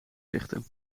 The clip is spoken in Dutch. richten